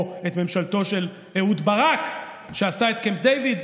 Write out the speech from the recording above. או את ממשלתו של אהוד ברק, שעשה את קמפ דייוויד?